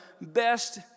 best